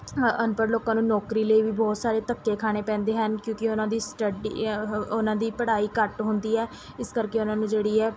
ਅਨਪੜ੍ਹ ਲੋਕਾਂ ਨੂੰ ਨੌਕਰੀ ਲਈ ਵੀ ਬਹੁਤ ਸਾਰੇ ਧੱਕੇ ਖਾਣੇ ਪੈਂਦੇ ਹਨ ਕਿਉਂਕਿ ਉਹਨਾਂ ਦੀ ਸਟੱਡੀ ਉਹਨਾਂ ਦੀ ਪੜ੍ਹਾਈ ਘੱਟ ਹੁੰਦੀ ਹੈ ਇਸ ਕਰਕੇ ਉਹਨਾਂ ਨੂੰ ਜਿਹੜੀ ਹੈ